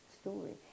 story